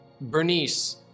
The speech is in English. Bernice